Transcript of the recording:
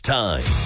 time